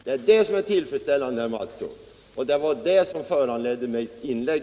Det är det som är tillfredsställande, herr Mattsson, och det var det som föranledde mitt inlägg.